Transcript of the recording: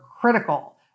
critical